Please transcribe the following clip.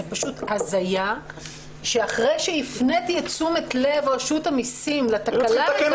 זה פשוט הזיה שאחרי שהפניתי את תשומת לב רשות המיסים לתקלה,